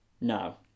No